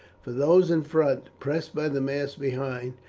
for those in front, pressed by the mass behind